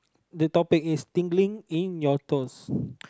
the topic is tingling in your toes